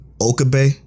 Okabe